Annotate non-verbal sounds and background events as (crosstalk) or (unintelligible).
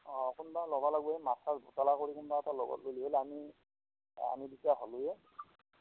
অ' কোনোবা ল'ব লাগিব মাছ চাচ (unintelligible) লগত গ'লে হ'ল আমি আমি দুটা হ'লোয়ে